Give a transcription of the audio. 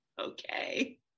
Okay